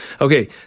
Okay